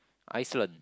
Iceland